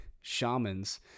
shamans